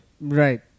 Right